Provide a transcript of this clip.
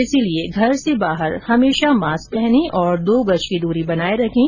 इसीलिए घर से बाहर हमेशा मास्क पहने और दो गज की दूरी बनाए रखें